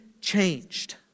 changed